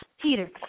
Peter